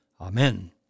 Amen